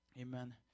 Amen